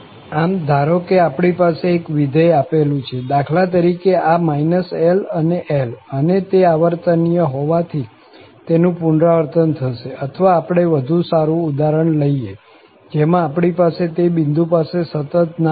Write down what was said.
આમ ધારો કે આપણી પાસે એક વિધેય આપેલું છે દાખલા તરીકે આ -L અને L અને તે આવર્તનીય હોવાથી તેનું પુનરાવર્તન થશે અથવા આપણે વધુ સારું ઉદાહરણ લઈએ જેમાં આપણી પાસે તે બિંદુ પાસે સતત ના હોય